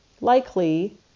likely